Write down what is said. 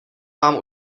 vám